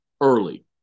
early